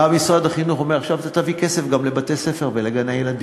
בא משרד החינוך ואומר: עכשיו תביא כסף גם לבתי-ספר ולגני-הילדים.